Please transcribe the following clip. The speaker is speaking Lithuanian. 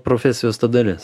profesijos ta dalis